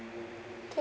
ca~